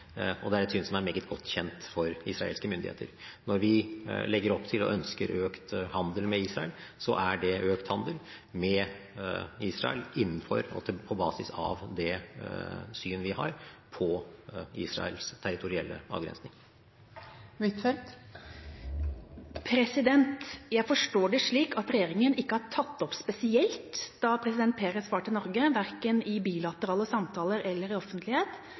og det er et syn som er meget godt kjent for israelske myndigheter. Når vi legger opp til og ønsker økt handel med Israel, så er det økt handel med Israel på basis av det syn vi har på Israels territorielle avgrensning. Jeg forstår det slik at regjeringa ikke tok opp spesielt da president Peres var i Norge – verken i bilaterale samtaler eller i offentlighet